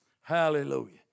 Hallelujah